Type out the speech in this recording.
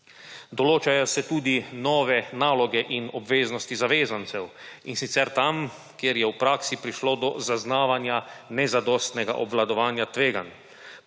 Določajo se tudi nove naloge in obveznosti zavezancev, in sicer tam, kjer je v praksi prišlo do zaznavanja nezadostnega obvladovanja tveganj.